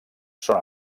són